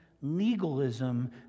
legalism